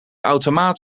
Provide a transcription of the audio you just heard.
automaat